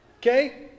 Okay